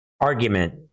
argument